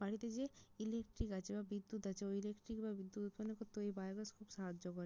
বাড়িতে যে ইলেকট্রিক আছে বা বিদ্যুৎ আছে ওই ইলেকট্রিক বা বিদ্যুৎ উৎপন্ন করতে ওই বায়োগ্যাস খুব সাহায্য করে